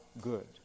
good